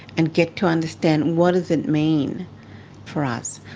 and get to understand what does it mean for us,